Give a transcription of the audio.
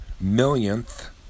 millionth